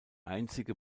einzige